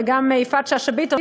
וגם ליפעת שאשא ביטון,